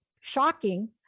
Shocking